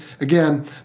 again